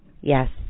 yes